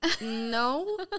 no